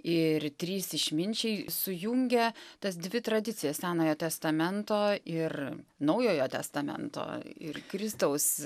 ir trys išminčiai sujungia tas dvi tradicijas senojo testamento ir naujojo testamento ir kristaus